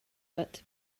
but